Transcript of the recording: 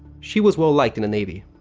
she was well liked in the navy.